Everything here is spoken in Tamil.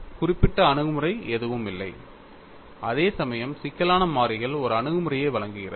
குறிப்பிட்ட அணுகுமுறை எதுவும் இல்லை அதேசமயம் சிக்கலான மாறிகள் ஒரு அணுகுமுறையை வழங்குகிறது